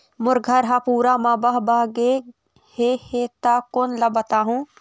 मोर घर हा पूरा मा बह बह गे हे हे ता कोन ला बताहुं?